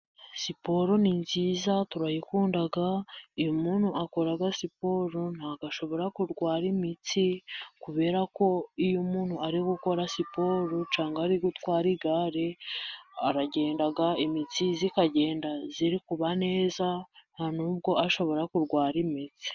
Siporo ni nziza turayikunda iyo umuntu akora siporo nta shobora kurwara imitsi kubera ko iyo umuntu ari gukora siporo cyangwa ari gutwara igare aragenda imitsi ikagenda iri kuba neza nta nubwo ashobora kurwara imitsi.